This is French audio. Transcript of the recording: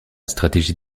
stratégie